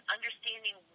Understanding